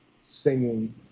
singing